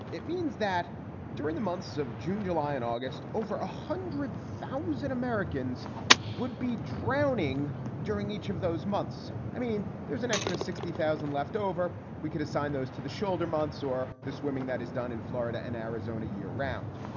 it means that during the months of june, july and august, over a hundred thousand americans would be drowning during each of those months. i mean, there's an extra sixty thousand leftover. we could assign those to the shoulder months or the swimming that is done in florida and arizona year round.